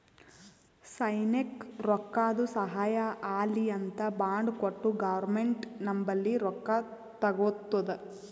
ಸೈನ್ಯಕ್ ರೊಕ್ಕಾದು ಸಹಾಯ ಆಲ್ಲಿ ಅಂತ್ ಬಾಂಡ್ ಕೊಟ್ಟು ಗೌರ್ಮೆಂಟ್ ನಂಬಲ್ಲಿ ರೊಕ್ಕಾ ತಗೊತ್ತುದ